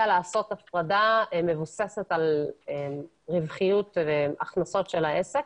לעשות הפרדה מבוססת על רווחיות והכנסות של העסק,